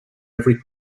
every